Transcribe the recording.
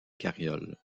carriole